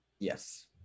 yes